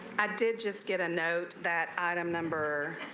i did just get a note that item number.